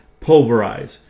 Pulverize